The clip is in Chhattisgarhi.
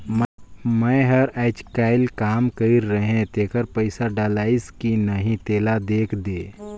मै हर अईचकायल काम कइर रहें तेकर पइसा डलाईस कि नहीं तेला देख देहे?